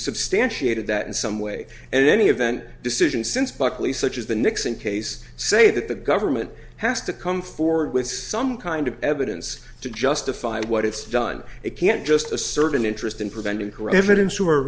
substantiated that in some way and any event decision since buckley such as the nixon case say that the government has to come forward with some kind of evidence to justify what it's done it can't just a certain interest in preventing